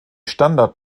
standard